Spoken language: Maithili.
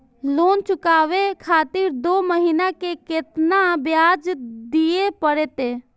लोन चुकाबे खातिर दो महीना के केतना ब्याज दिये परतें?